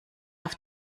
auf